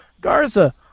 Garza